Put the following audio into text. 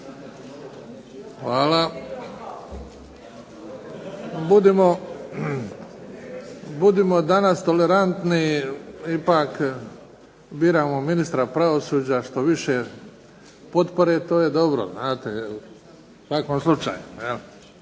Hvala. Budimo danas tolerantniji. Ipak biramo ministra pravosuđa. Što više potpore to je dobro, znate u svakom slučaju,